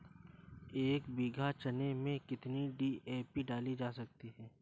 एक बीघा चना में कितनी डी.ए.पी डाली जा सकती है?